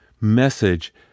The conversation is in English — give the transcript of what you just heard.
message